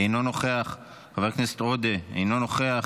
אינו נוכח, חבר הכנסת עודה, אינו נוכח.